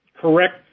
correct